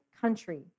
country